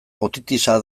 otitisa